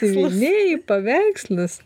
siuvinėji paveikslus